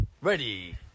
Ready